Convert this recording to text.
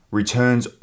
returns